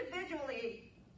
individually